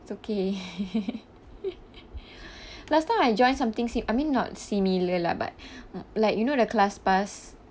it's okay last time I joined something si~ I mean not similar lah but m~ like you know the classpass